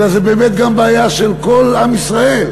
אלא זו בעיה של כל עם ישראל.